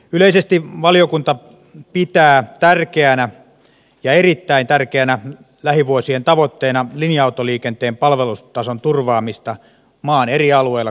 yleisesti valiokunta pitää tärkeänä ja erittäin tärkeänä lähivuosien tavoitteena linja autoliikenteen palvelutason turvaamista maan eri alueilla koko maassa